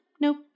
Nope